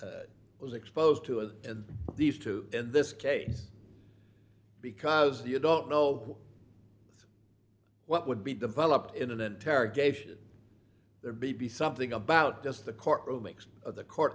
it was exposed to it and these two in this case because you don't know what would be developed in an interrogation there be something about just the court makes the court